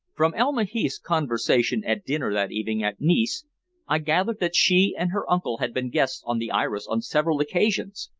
from elma heath's conversation at dinner that evening at nice i gathered that she and her uncle had been guests on the iris on several occasions,